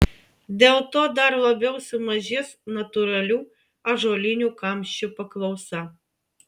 dėl to dar labiau sumažės natūralių ąžuolinių kamščių paklausa